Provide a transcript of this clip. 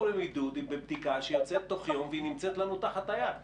מבידוד בבדיקה שיוצאת בתוך יום והיא נמצאת לנו מתחת היד.